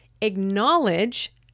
Acknowledge